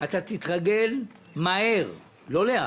אתה תתרגל מהר, לא לאט,